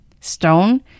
Stone